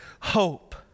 hope